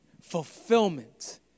fulfillment